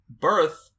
birth